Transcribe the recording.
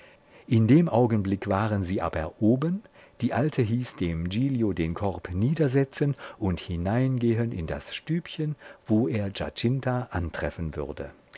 in dem augenblick waren sie aber oben die alte hieß dem giglio den korb niedersetzen und hineingehen in das stübchen wo er giacinta antreffen würde